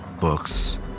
books